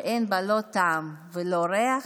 שאין בה לא טעם ולא ריח,